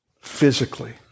physically